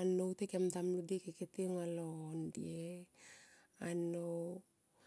annou ti kema ta nlol ti keke ti anya lo nde annou